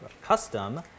custom